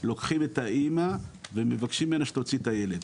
לוקחים את האמא ומבקשים ממנה שתוציא את הילד.